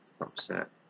upset